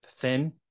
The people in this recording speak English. thin